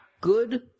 Good